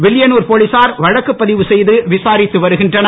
வில்லியனூர் போலிசார் வழக்கு பதிவு செய்து விசாரித்து வருகின்றனர்